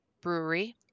Brewery